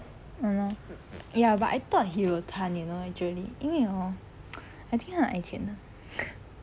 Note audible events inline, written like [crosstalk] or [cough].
!hannor! ya but I thought he will 贪 you know actually 因为 hor [noise] I think 他很爱钱的 [laughs]